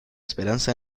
esperanza